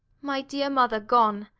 my dear mother gone!